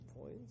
point